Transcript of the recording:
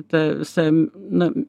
ta visa na